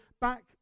back